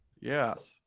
Yes